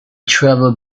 travelled